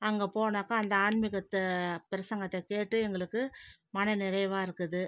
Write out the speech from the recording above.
அங்கே போனாக்க அந்த ஆன்மிகத்தை பிரசங்கத்தை கேட்டு எங்களுக்கு மனநிறைவாக இருக்குது